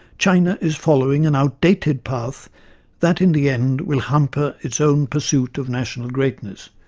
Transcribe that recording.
china is following an outdated path that, in the end, will hamper its own pursuit of national greatness.